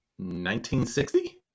1960